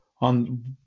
on